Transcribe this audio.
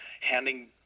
handing